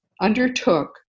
undertook